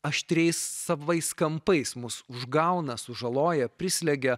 aštriais savais kampais mus užgauna sužaloja prislegia